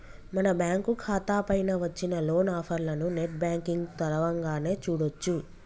మన బ్యాంకు ఖాతా పైన వచ్చిన లోన్ ఆఫర్లను నెట్ బ్యాంకింగ్ తరవంగానే చూడొచ్చు